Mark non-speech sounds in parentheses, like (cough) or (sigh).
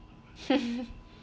(laughs)